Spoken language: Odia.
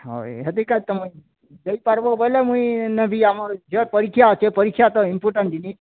ହଏ ହେଥିକା ତମେ ଦେଇପାର୍ବୋ ବୋଲେ ମୁଇଁ ନେବି ଆମର୍ ଝିଅର ପରାକ୍ଷା ଅଛେ ପରୀକ୍ଷା ତ ଇମ୍ପୋଟାଣ୍ଟ ଜିନିଷ୍